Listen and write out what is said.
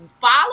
follow